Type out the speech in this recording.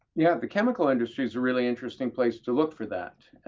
yeah. the chemical industry is a really interesting place to look for that.